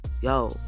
yo